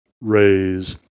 raise